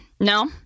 No